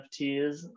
NFTs